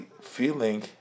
feeling